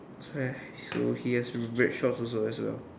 it's fair so he has is red shorts also as well